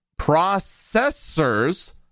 processors